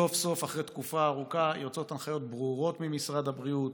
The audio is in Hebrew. סוף-סוף אחרי תקופה ארוכה יוצאות הנחיות ברורות ממשרד הבריאות,